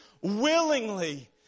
willingly